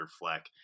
fleck